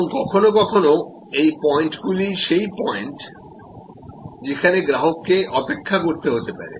এবং কখনও কখনও এই পয়েন্টগুলিই সেই পয়েন্ট যেখানে গ্রাহককে অপেক্ষা করতে হতে পারে